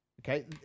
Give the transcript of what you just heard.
Okay